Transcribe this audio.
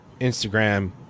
Instagram